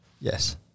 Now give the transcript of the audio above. Yes